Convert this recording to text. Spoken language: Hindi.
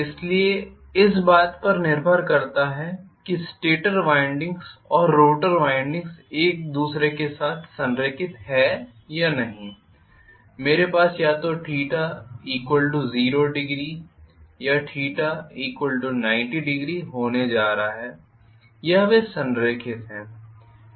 इसलिए इस बात पर निर्भर करता है कि स्टेटर वाइंडिंग्स और रोटर वाइंडिंग्स एक दूसरे के साथ संरेखित हैं या नहीं मेरे पास या तो 00या 900 होने जा रहा हूं या वे संरेखित हैं